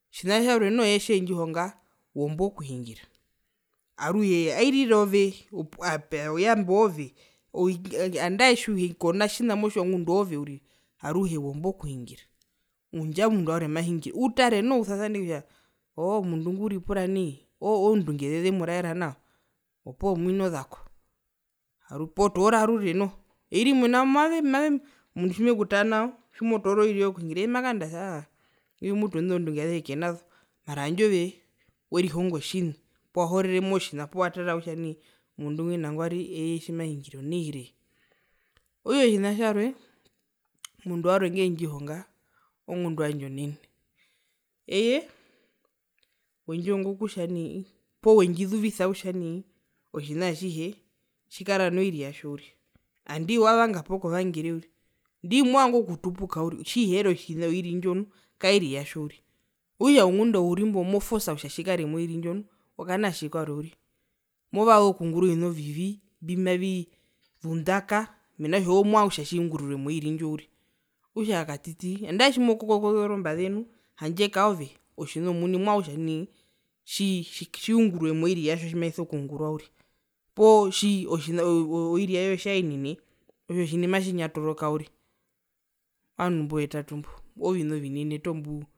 Otjina tjarwe eeye tjendjihonga womba okuhungira aruhe airire ove ape oyamba oove nandarire kona tjina motjiwa ngunda oove uriri aruhe womba okuhungira utare noho usasaneke kutja oo omundu ngwi uripura nai oo oo ozondungeze ze zemuraera nao, opuwo otoora ozako oirimwe tjimekutaranao tjimotoora oiri yoye okuhungira eyemakanandarasi aa aa ingwi mutu aaa indo zondunge azehe mutu kenazo mara handje ove werihongo tjina poo wahorere motjina poo watara kutja nai omundu mgwi nangwari eye tjimahingire onai re. Okutja otjina tjarwe omundu warwe ngwendjihonga ongundwandje onene, eye wendjihonga kutja nai poo wendjizuvisa kutja nai otjina atjihe tjikara noiri yatjo uriri andi wavanga poo kovangere uriri andi movanga okutupuka uriri tjiheri otjina oiri ndjo nu kairi yatjo uriri okutja ngunda urimbo mofosa kutja tjikare moiri ndjo nu oo ka ookana tjii kwarwe uriri movaza okungura ovina ovivi mbimavii zundaka mena kutja oo movanga kutja tjiungurirwe moiri ndjo uriri, okutja katiti nandae tjimokokozora ozombaze nu handje kaove otjina omuni movanga kutja nai tji tjiungurwe moii yatjo tjimaiso kungurwa uriri poo tji otjina oiri yatjo tjiyaenene otjo tjini matjinyotoroka uriri ovandu imbo vetatu mbo oovina ovinene toho mbuu